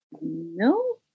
No